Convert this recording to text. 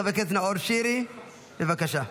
חבר הכנסת נאור שירי, בבקשה.